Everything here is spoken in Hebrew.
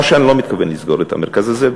כך שאני לא מתכוון לסגור את המרכז הזה,